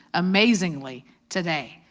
amazingly today,